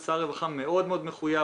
שר הרווחה מאוד מחויב.